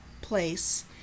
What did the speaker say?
place